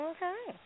Okay